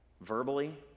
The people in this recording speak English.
verbally